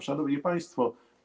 Szanowni Państwo.